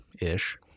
ish